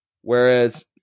Whereas